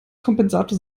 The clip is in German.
kompensator